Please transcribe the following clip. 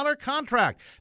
contract